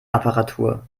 apparatur